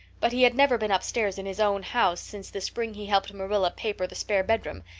but he had never been upstairs in his own house since the spring he helped marilla paper the spare bedroom,